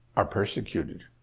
are persecuted.